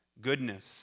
Goodness